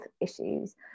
issues